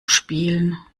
spielen